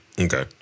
Okay